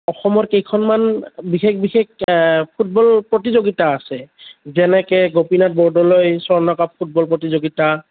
অসমৰ কেইখনমান বিশেষ বিশেষ ফুটবল প্ৰতিযোগিতা আছে যেনেকৈ গোপীনাথ বৰদলৈ স্বৰ্ণ কাপ ফুটবল প্ৰতিযোগিতা